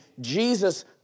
Jesus